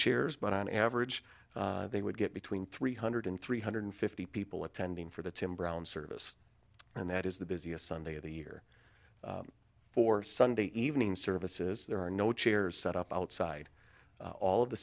chairs but on average they would get between three hundred and three hundred fifty people attending for the tim brown service and that is the busiest sunday of the year for sunday evening services there are no chairs set up outside all